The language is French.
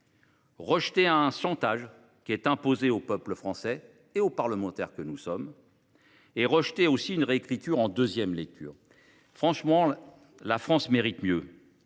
rejeter un chantage qui est imposé au peuple français et aux parlementaires que nous sommes ; rejeter la réécriture ici faite en deuxième lecture. La France mérite mieux